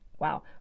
Wow